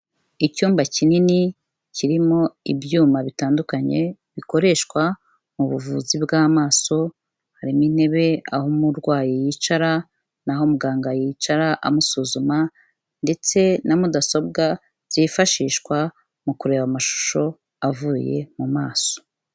Icyumba kinini kirimo ibyuma bitandukanye bikoreshwa mu buvuzi bw'amaso, harimo intebe aho umurwayi yicara n'aho muganga yicara amusuzuma ndetse na mudasobwa zifashishwa mu kureba amashusho avuye mu maso.